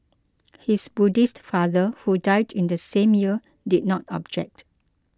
his Buddhist father who died in the same year did not object